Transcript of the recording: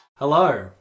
Hello